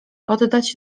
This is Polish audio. oddać